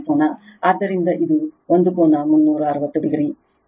ಆದ್ದರಿಂದ ಇದು ಒಂದು ಕೋನ 360 o